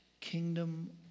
kingdom